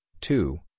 two